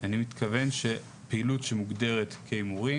אני מתכוון שפעילות שמוגדרת כהימורים,